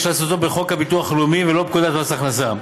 לעשותו בחוק הביטוח הלאומי ולא בפקודת מס הכנסה.